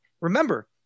Remember